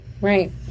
Right